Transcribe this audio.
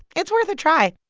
it's worth a try